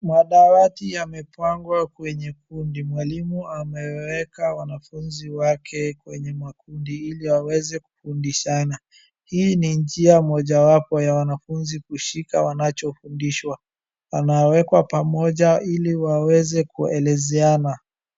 Madawati yamepangwa kwenye kundi. Mwalimu amewaweka wanafunzi wake kwenye makundi ili waweze kufundishana. Hii ni njia mojawapo ya wanafunzi kushika wanachofundishwa. Wanawekwa pamoja ili waweze kuelezeana.